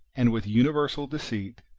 and with universal deceit,